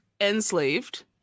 enslaved